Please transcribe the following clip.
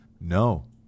No